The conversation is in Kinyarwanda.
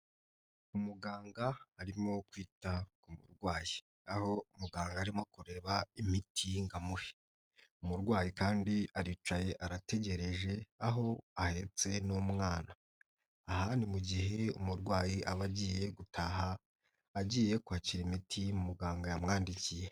Umuganga arimo kwita ku murwayi aho muganga arimo kureba imiti ngo amuhe, umurwayi kandi aricaye arategereje aho ahetse n'umwana, aha ni mu gihe umurwayi aba agiye gutaha agiye kwakira imiti muganga yamwandikiye.